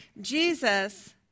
Jesus